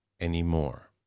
anymore